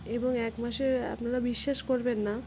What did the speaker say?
এবং এক মাসে আপনারা বিশ্বাস করবেন না